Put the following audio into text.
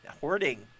hoarding